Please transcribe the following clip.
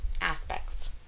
aspects